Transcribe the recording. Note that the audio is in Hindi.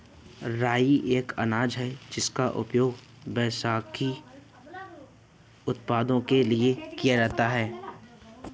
राई एक अनाज है जिसका उपयोग व्हिस्की उत्पादन के लिए किया जाता है